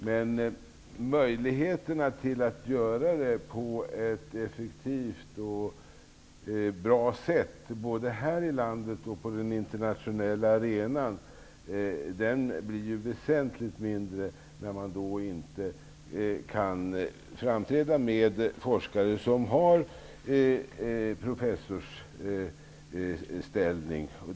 Men möjligheterna att göra det på ett effektivt och bra sätt, både här i landet och på den internationella arenan, blir väsentligt mindre, när man inte kan framträda med forskare som har professorsställning.